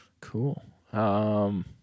Cool